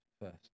first